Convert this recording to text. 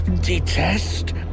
detest